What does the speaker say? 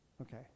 Okay